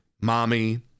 mommy